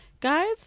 guys